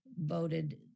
voted